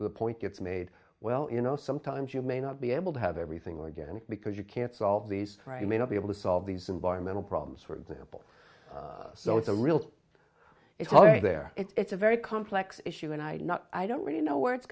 the point gets made well you know sometimes you may not be able to have everything organic because you can't solve these right may not be able to solve these environmental problems for example so it's a real it's all right there it's a very complex issue and i i don't really know where it's